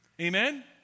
Amen